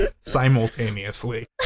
simultaneously